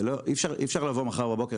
אי אפשר לבוא מחר בבוקר,